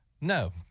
No